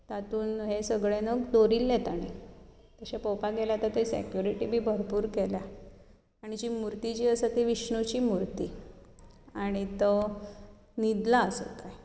तातूंत हें सगळे नग दवरिल्ले तांणी तशें पळोवपाक गेल्यार आतां थंय सॅक्युरिटी बी भरपूर केल्या आनी जी मुर्ती जी आसा ती विष्णूची मुर्ती आनी तो न्हिदला असो